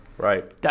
Right